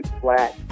flat